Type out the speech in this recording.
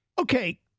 Okay